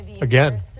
Again